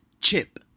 chip